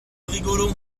rigolo